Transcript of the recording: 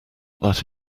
that